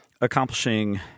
accomplishing